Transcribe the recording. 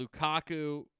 Lukaku